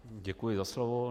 Děkuji za slovo.